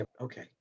Okay